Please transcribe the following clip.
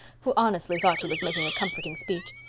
who honestly thought she was making a comforting speech.